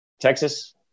Texas